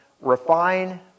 refine